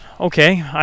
Okay